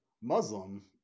Muslim